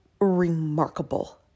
remarkable